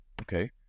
Okay